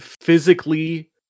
physically